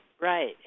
right